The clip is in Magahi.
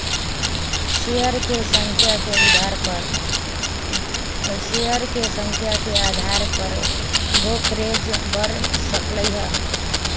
शेयर के संख्या के अधार पर ब्रोकरेज बड़ सकलई ह